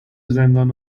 زندان